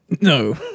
No